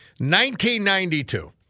1992